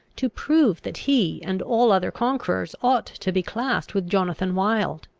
to prove that he and all other conquerors ought to be classed with jonathan wild.